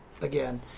again